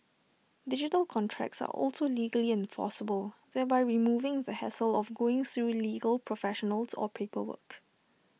digital contracts are also legally enforceable thereby removing the hassle of going through legal professionals or paperwork